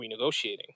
renegotiating